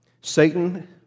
Satan